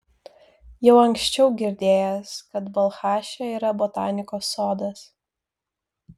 jau anksčiau girdėjęs kad balchaše yra botanikos sodas